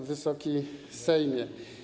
Wysoki Sejmie!